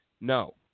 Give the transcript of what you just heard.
No